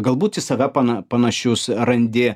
galbūt į save pana panašius randi